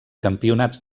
campionats